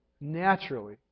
naturally